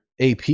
AP